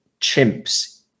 chimps